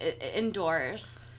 indoors